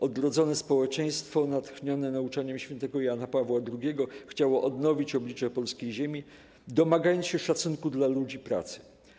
Odrodzone społeczeństwo natchnione nauczeniem św. Jana Pawła II, chciało odnowić oblicze polskiej ziemi, domagając się szacunku dla ludzi pracy.